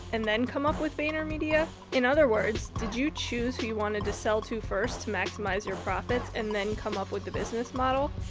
and then come up with vaynermedia? in other words, did you choose who you wanted to sell to first to maximize your profits, and then come up with the business model?